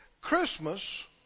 Christmas